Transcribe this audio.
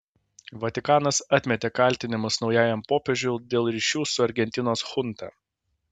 vatikanas atmetė kaltinimus naujajam popiežiui dėl ryšių su argentinos chunta